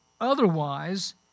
Otherwise